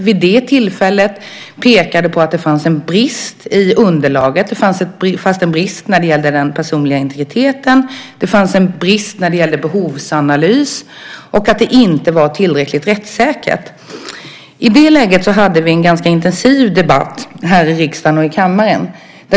Vid det tillfället pekade Lagrådet på att det fanns en brist i underlaget. Det fanns en brist när det gällde den personliga integriteten och behovsanalys, och det var inte tillräckligt rättssäkert. I det läget hade vi en ganska intensiv debatt här i riksdagen och kammaren.